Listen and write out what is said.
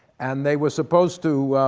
and they were supposed to.